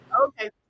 Okay